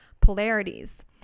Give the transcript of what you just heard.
polarities